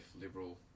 liberal